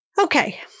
Okay